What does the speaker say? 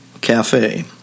Cafe